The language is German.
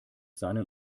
seinen